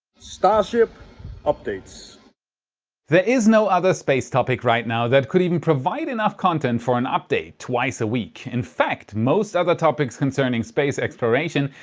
starship updates there is no other space topic right now, that could even provide enough content for an update twice a week. in fact, most other topics concerning space exploration,